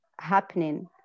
happening